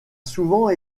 souvent